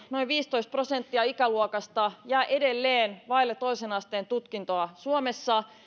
noin viisitoista prosenttia ikäluokasta jää edelleen vaille toisen asteen tutkintoa suomessa